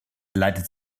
leitet